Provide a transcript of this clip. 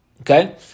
Okay